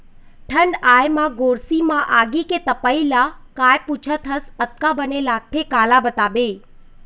ठंड आय म गोरसी म आगी के तपई ल काय पुछत हस अतका बने लगथे काला बताबे